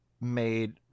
made